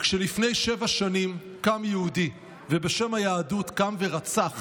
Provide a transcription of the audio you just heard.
וכשלפני שבע שנים קם יהודי, ובשם היהדות קם ורצח